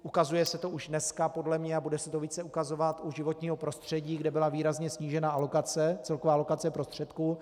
Ukazuje se to už dneska podle mě a bude se to více ukazovat u životního prostředí, kde byla výrazně snížena celková alokace prostředků.